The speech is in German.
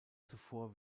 zuvor